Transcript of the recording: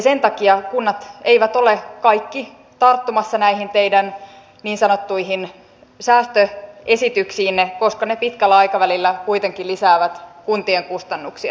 sen takia kunnat eivät ole kaikki tarttumassa näihin teidän niin sanottuihin säästöesityksiinne koska ne pitkällä aikavälillä kuitenkin lisäävät kuntien kustannuksia